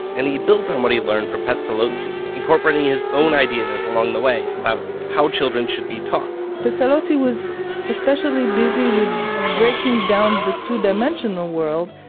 and he built on what he learned from pestalozzi, incorporating his own ideas along the way about how children should be taught pestalozzi was especially busy with breaking down the two-dimensional world.